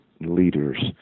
leaders